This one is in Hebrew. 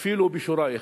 אפילו בשורה אחת.